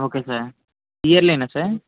okay sir ఇయర్లీనా sir